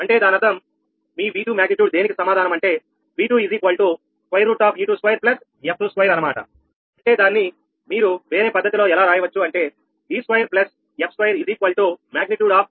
అంటే దాని అర్థం మీ V2 మ్యాగ్నెట్డ్యూడ్ దేనికి సమానం అంటే v2 2 2 అంటే దాన్ని వీరు వేరే పద్ధతిలో ఎలా రాయవచ్చు అంటే e2 f22 అవునా